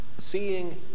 Seeing